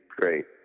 great